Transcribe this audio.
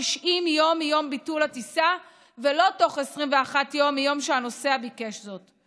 90 יום מיום ביטול הטיסה ולא בתוך 21 יום מהיום שהנוסע ביקש זאת.